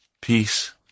peace